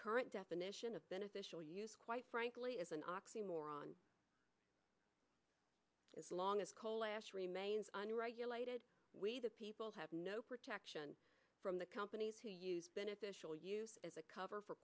current definition of beneficial use quite frankly as an oxymoron as long as coal ash remains unregulated we the people have no protection from the companies who use beneficial use as a cover for